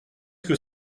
que